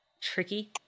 tricky